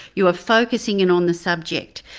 you are focusing in on the subject,